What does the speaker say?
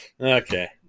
Okay